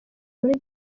muri